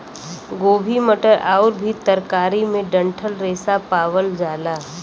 गोभी मटर आउर भी तरकारी में डंठल रेशा पावल जाला